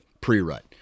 Pre-rut